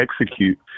execute